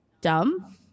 dumb